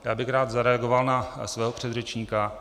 Já bych rád zareagoval na svého předřečníka.